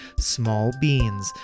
smallbeans